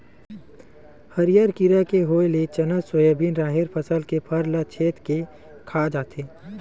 हरियर कीरा के होय ले चना, सोयाबिन, राहेर फसल के फर ल छेंद के खा जाथे